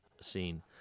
scene